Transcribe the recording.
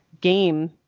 Game